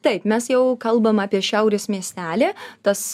taip mes jau kalbam apie šiaurės miestelį tas